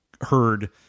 heard